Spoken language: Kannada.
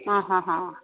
ಹಾಂ ಹಾಂ ಹಾಂ